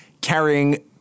carrying